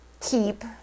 keep